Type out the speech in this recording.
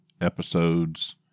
episodes